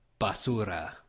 basura